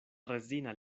rezina